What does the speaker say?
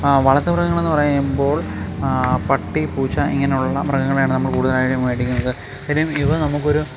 ആ വളർത്തു മൃഗങ്ങളെന്നു പറയുമ്പോൾ പട്ടി പൂച്ച ഇങ്ങനെയുള്ള മൃഗങ്ങളെയാണ് നമ്മൾ കൂടുതലായും മേടിക്കുന്നത് പിന്നെ ഇവ നമുക്ക് ഒരു